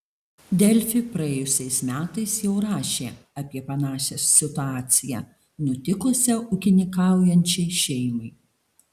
delfi praėjusiais metais jau rašė apie panašią situaciją nutikusią ūkininkaujančiai šeimai